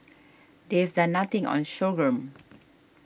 they've done nothing on sorghum